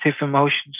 emotions